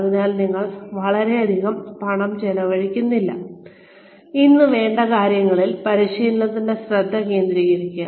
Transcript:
അതിനാൽ നിങ്ങൾ വളരെയധികം പണം ചെലവഴിക്കുന്നില്ല ഇന്ന് വേണ്ട കാര്യങ്ങളിൽ പരിശീലനത്തിൽ ശ്രദ്ധ കേന്ദ്രീകരിക്കുക